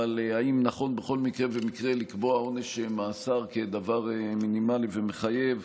אבל האם נכון בכל מקרה ומקרה לקבוע עונש מאסר כדבר מינימלי ומחייב?